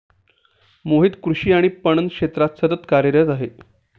मोहित कृषी पणन क्षेत्रात सतत कार्यरत आहे